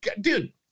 dude